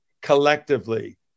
collectively